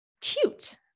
cute